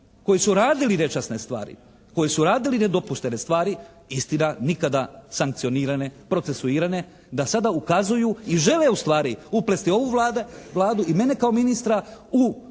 koji su radili nečasne stvari, koji su radili nedopuštene stvari. Istina nikada sankcionirane, procesuirane, da sada ukazuju i žele u stvari uplesti ovu Vladu i mene kao ministra u